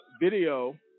video